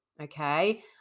Okay